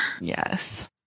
Yes